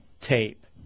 tape